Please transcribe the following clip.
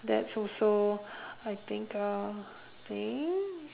that's also I think uh think